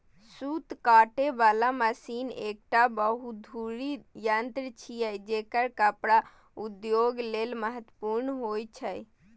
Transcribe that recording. सूत काटे बला मशीन एकटा बहुधुरी यंत्र छियै, जेकर कपड़ा उद्योग लेल महत्वपूर्ण होइ छै